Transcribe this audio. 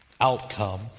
outcome